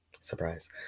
Surprise